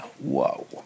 Whoa